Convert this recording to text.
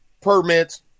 permits